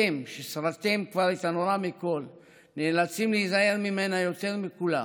אתם ששרדתם כבר בנורא מכול נאלצים להיזהר ממנה יותר מכולם,